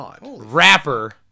rapper